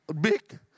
big